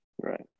right